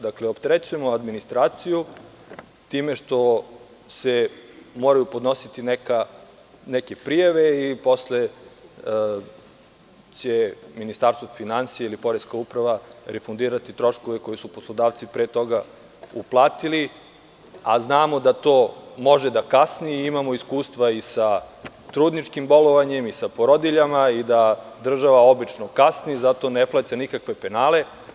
Dakle, opterećujemo administraciju time što se moraju podnositi neke prijave i posle će Ministarstvo finansija ili Poreska uprava refundirati troškove koje su poslodavci pre toga uplatili, a znamo da to može da kasni i imamo iskustva i sa trudničkim bolovanjem i sa porodiljama i da država obično kasni i zato ne plaća nikakve penale.